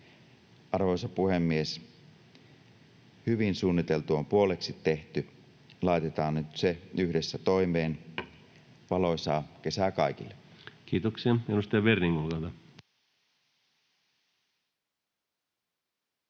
Arvoisa puhemies! Hyvin suunniteltu on puoleksi tehty. Laitetaan nyt se yhdessä toimeen. Valoisaa kesää kaikille! Kiitoksia. — Edustaja Werning, olkaa hyvä.